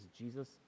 Jesus